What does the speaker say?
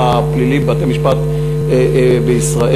הפלילי בבתי-המשפט בישראל,